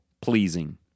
pleasing